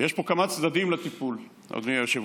ויש פה כמה צדדים לטיפול, אדוני היושב-ראש.